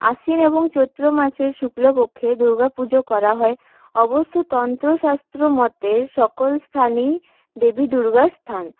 আশ্বিন এবং চৈত্র মাসের শুক্লপক্ষে দুর্গাপুজো করা হয় অবশ্য তন্ত্রশাস্ত্র মতে সকল স্থানই দেবী দুর্গার স্থান